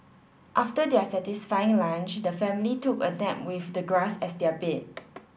after their satisfying lunch the family took a nap with the grass as their bed